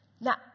Now